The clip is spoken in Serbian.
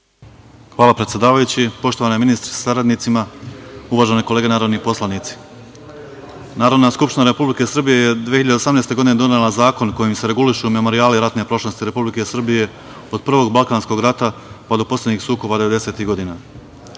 Hvala, predsedavajući. Poštovani ministri sa saradnicima, uvažene kolege narodni poslanici, Narodna skupština Republike Srbije je 2018. godine donela zakon kojim se regulišu Memorijali ratne prošlosti Republike Srbije od Prvog balkanskog rata, pa do poslednjih sukoba